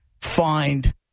find